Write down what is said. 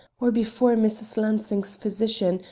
or before mrs. lansing's physician,